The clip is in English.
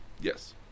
Yes